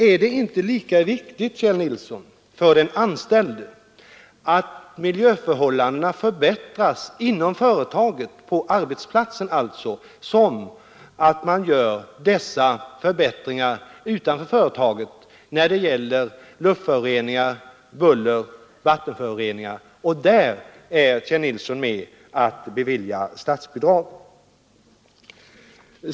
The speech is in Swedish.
Är det inte lika viktigt, herr Nilsson, för den anställde att miljöförhållandena förbättras inom företaget, på arbetsplatsen alltså, som att det görs förbättringar utanför företaget? När det gäller luftföroreningar, buller, vattenföroreningar osv. i den yttre miljön är ju herr Nilsson med om att bevilja statsbidrag.